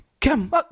come